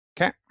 Okay